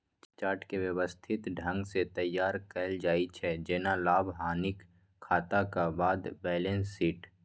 chart कें व्यवस्थित ढंग सं तैयार कैल जाइ छै, जेना लाभ, हानिक खाताक बाद बैलेंस शीट